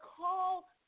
call